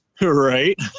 Right